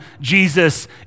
Jesus